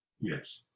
Yes